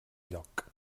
lloc